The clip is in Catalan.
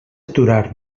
aturar